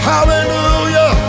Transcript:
Hallelujah